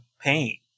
pain